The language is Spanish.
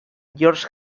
george